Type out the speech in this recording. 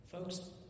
Folks